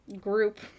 group